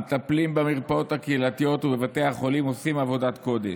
המטפלים במרפאות הקהילתיות ובבתי החולים עושים עבודת קודש,